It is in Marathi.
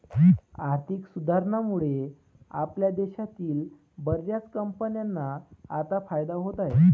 आर्थिक सुधारणांमुळे आपल्या देशातील बर्याच कंपन्यांना आता फायदा होत आहे